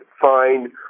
find